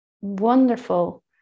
wonderful